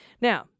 Now